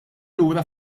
lura